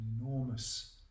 enormous